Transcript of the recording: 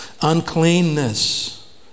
Uncleanness